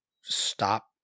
stop